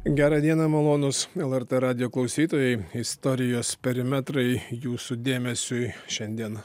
gera diena malonūs lrt radijo klausytojai istorijos perimetrai jūsų dėmesiui šiandien